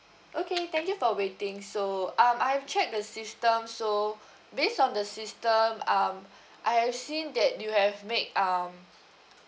okay thank you for waiting so um I've checked the system so based on the system um I have seen that you have made um